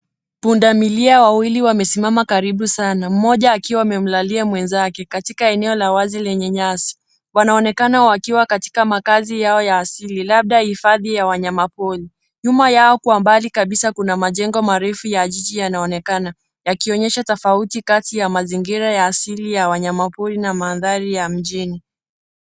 Pundamilia wawili wamesimama karibu sana, mmoja akiwa amemlalia mwenzake katika eneo la wazi lenye nyasi. Wanaonekana wakiwa katika makazi yao ya asili labda hifadhi ya wanyama pori. Nyuma yao kwa umbali kabisa kuna majengo marefu ya jiji yanaonekana, yakionyesha tofauti kati ya mazingira ya asili ya wanyama pori na mandhari ya mjini.